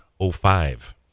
05